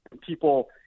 people